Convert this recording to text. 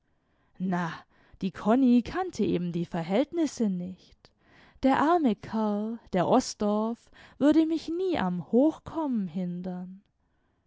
na die konni kannte eben die verhältnisse nicht der arme kerl der osdorff würde mich nie am hochkommen hindern